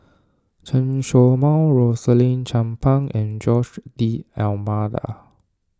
Chen Show Mao Rosaline Chan Pang and Jose D'Almeida